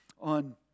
on